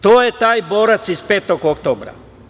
To je taj borac iz Petog oktobra.